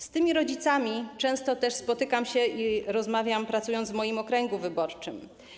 Z tymi rodzicami często też spotykam się i rozmawiam, pracując w moim okręgu wyborczym.